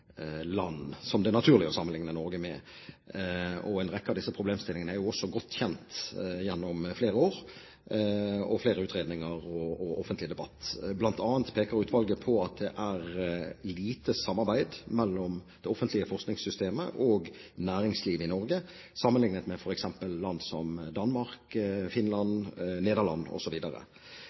land som det er naturlig å sammenligne Norge med. En rekke av disse problemstillingene har jo også vært godt kjent gjennom flere år, flere utredninger og offentlig debatt. Blant annet peker utvalget på at det er lite samarbeid mellom det offentlige forskningssystemet og næringslivet i Norge sammenlignet med f.eks. land som Danmark, Finland, Nederland